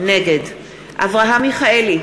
נגד אברהם מיכאלי,